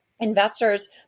investors